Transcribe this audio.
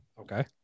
Okay